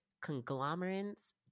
conglomerates